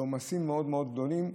לעומסים מאוד מאוד גדולים,